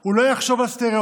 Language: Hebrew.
הוא לא יחשוב על סטראוטיפים,